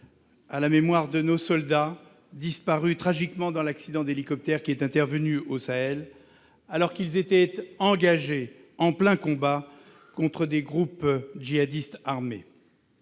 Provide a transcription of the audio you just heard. à la mémoire de nos soldats disparus tragiquement dans l'accident d'hélicoptère intervenu au Sahel, alors qu'ils étaient engagés en plein combat contre des groupes djihadistes armés.